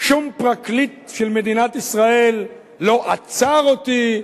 שום פרקליט של מדינת ישראל לא עצר אותי.